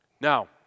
Now